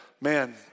man